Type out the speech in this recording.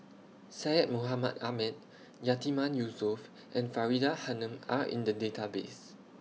Syed Mohamed Ahmed Yatiman Yusof and Faridah Hanum Are in The Database